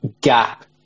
gap